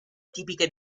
tipiche